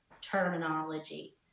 terminology